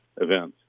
events